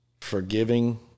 forgiving